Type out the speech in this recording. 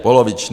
Poloviční.